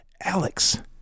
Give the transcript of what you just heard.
alex